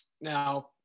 Now